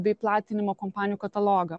bei platinimo kompanijų katalogą